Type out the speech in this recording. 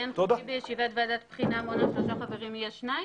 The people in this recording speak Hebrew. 'מניין חוקי בישיבת ועדת בחינה מונה שלושה חברים' יהיה שניים?